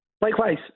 Likewise